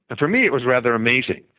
but for me, it was rather amazing.